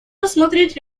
рассмотреть